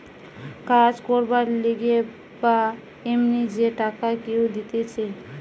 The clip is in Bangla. কাজ করবার লিগে বা এমনি যে টাকা কেউ দিতেছে